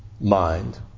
mind